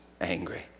angry